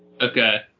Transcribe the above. Okay